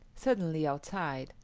suddenly, outside,